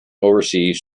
overseas